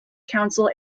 council